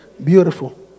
Beautiful